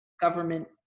government